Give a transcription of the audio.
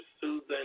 Susan